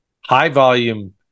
high-volume